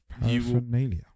paraphernalia